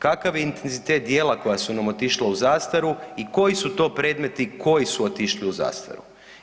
Kakav je intenzitet djela koja su nam otišla u zastaru i koji su to predmeti koji su otišli u zastaru?